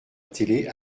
télé